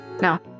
Now